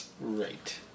Right